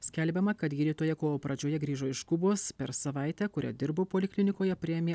skelbiama kad gydytoja kovo pradžioje grįžo iš kubos per savaitę kurią dirbo poliklinikoje priėmė